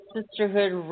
Sisterhood